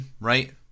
right